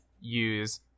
use